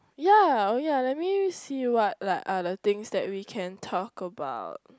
ya oh ya let me see what like other things that we can talk about